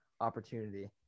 opportunity